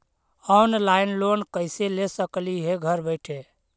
Online loan कैसे ले सकली हे घर बैठे?